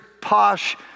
posh